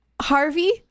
Harvey